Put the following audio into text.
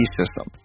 system